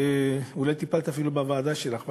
אולי טיפלת אפילו בוועדה שלך,